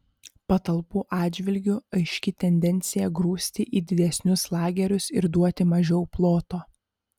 patalpų atžvilgiu aiški tendencija grūsti į didesnius lagerius ir duoti mažiau ploto